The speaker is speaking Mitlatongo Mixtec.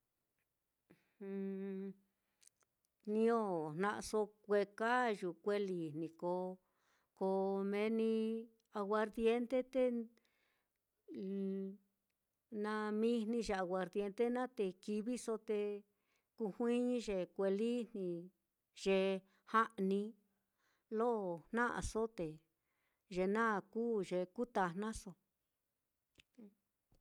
niño jna'aso kue'e kayu, kue'e lijni ko ko meni agurdiente te na mijni ye aguardiente naá, te chiviso te kujuiñi ye kue'e lijni naá, ye ja'ni lo jna'aso, te ye naá kuu ye kutajnaso.